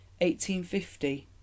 1850